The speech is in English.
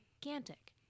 gigantic